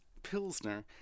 pilsner